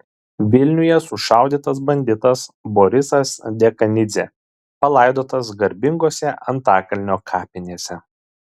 vilniuje sušaudytas banditas borisas dekanidzė palaidotas garbingose antakalnio kapinėse